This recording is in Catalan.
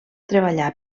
treballar